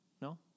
No